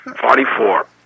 forty-four